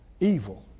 evil